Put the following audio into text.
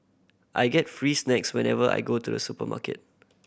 I get free snacks whenever I go to the supermarket